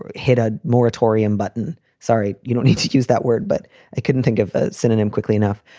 hit a moratorium button. sorry. you don't need to use that word. but i couldn't think of a synonym quickly enough.